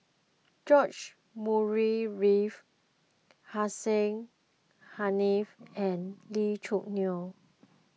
George Murray Reith Hussein Haniff and Lee Choo Neo